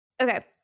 okay